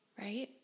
right